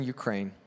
Ukraine